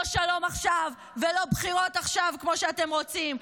לא שלום עכשיו ולא בחירות עכשיו, כמו שאתם רוצים.